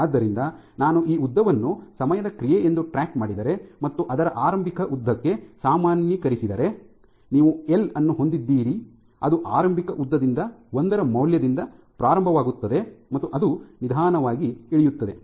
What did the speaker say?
ಆದ್ದರಿಂದ ನಾನು ಈ ಉದ್ದವನ್ನು ಸಮಯದ ಕ್ರಿಯೆಯೆಂದು ಟ್ರ್ಯಾಕ್ ಮಾಡಿದರೆ ಮತ್ತು ಅದರ ಆರಂಭಿಕ ಉದ್ದಕ್ಕೆ ಸಾಮಾನ್ಯೀಕರಿಸಿದರೆ ನೀವು ಎಲ್ ಅನ್ನು ಹೊಂದಿದ್ದೀರಿ ಅದು ಆರಂಭಿಕ ಉದ್ದದಿಂದ ಒಂದರ ಮೌಲ್ಯದಿಂದ ಪ್ರಾರಂಭವಾಗುತ್ತದೆ ಮತ್ತು ಅದು ನಿಧಾನವಾಗಿ ಇಳಿಯುತ್ತದೆ